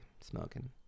smoking